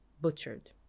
butchered